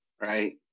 right